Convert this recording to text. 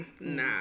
nah